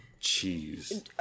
cheese